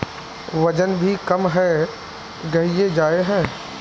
वजन भी कम है गहिये जाय है?